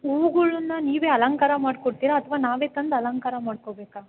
ಹೂಗಳುನ್ನು ನೀವೇ ಅಲಂಕಾರ ಮಾಡೀಕೊಡ್ತೀರ ಅಥವಾ ನಾವೇ ತಂದು ಅಲಂಕಾರ ಮಾಡ್ಕೊಬೇಕಾ